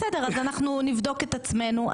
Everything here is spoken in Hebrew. בסדר, אז אנחנו נבדוק את עצמנו.